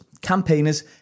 campaigners